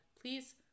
Please